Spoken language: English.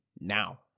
now